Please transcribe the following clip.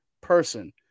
person